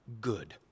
good